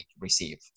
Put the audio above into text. receive